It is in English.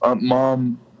mom